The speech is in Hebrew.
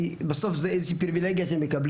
כי בסוף זה איזה שהיא פריווילגיה שמקבלים.